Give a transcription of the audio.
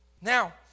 Now